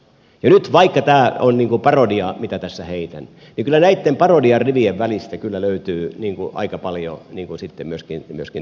nyt vaikka tämä on parodiaa mitä tässä heitän kyllä näitten parodian rivien välistä löytyy aika paljon sitten myöskin todellista pohjaa